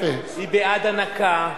היא בעד הנקה,